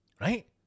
right